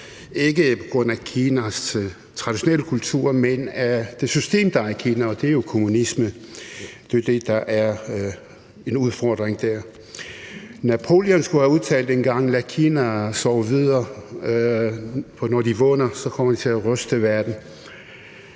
ikke på grund af Kinas traditionelle kultur, men det system, der er i Kina, og det er jo kommunisme. Det er jo det, der er en udfordring. Napoleon skulle engang have udtalt: Lad Kina sove videre, for når de vågner, kommer de til at ryste verden.